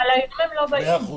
מאה אחוז.